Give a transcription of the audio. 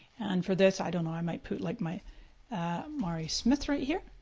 and for this, i don't know, i might put like my marismith right here.